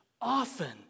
Often